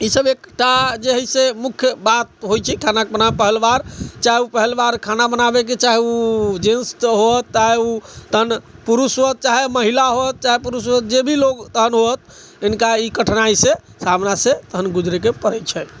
इसभ एकटा जेहै से मुख्य बात होइ छै खाना बनाबैके पहिल बार चाहे ओ पहिल बार खाना बनाबैके चाहे ओ जेन्टस होइत चाहे ओ तखन पुरुष होइत चाहे महिला होइत चाहे पुरुष होइत जेभी लोक तखन होइत इनका ई कठिनाइसँ सामनासँ तखन गुजरैके पड़ै छनि